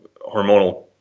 hormonal